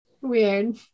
weird